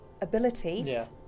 abilities